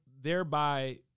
thereby